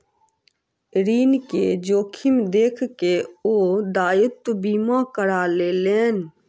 ऋण के जोखिम देख के ओ दायित्व बीमा करा लेलैन